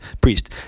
priest